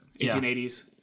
1880s